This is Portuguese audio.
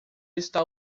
está